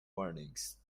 warnings